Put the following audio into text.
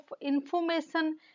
information